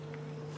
אתה